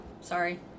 sorry